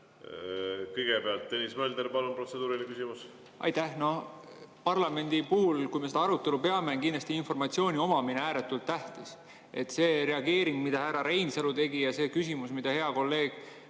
Kõigepealt, Tõnis Mölder, palun, protseduuriline küsimus! Aitäh! Parlamendi puhul, kui me seda arutelu peame, on informatsiooni omamine kindlasti ääretult tähtis. See reageering, mis härra Reinsalu tegi, ja see küsimus, mida hea kolleeg